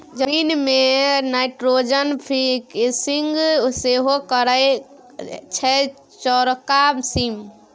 जमीन मे nitrogen fixing सेहो करय छै चौरका सीम